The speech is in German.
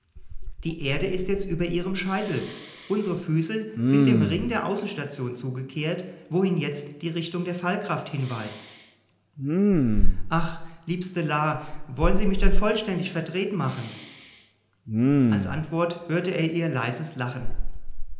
die erde ist über ihrem scheitel unsre füße sind dem ring der außenstation zugekehrt wohin jetzt die richtung der fallkraft hinweist ach liebste la wollen sie mich denn vollständig verdreht machen als antwort hörte er ihr leises lachen